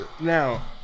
Now